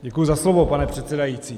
Děkuji za slovo, pane předsedající.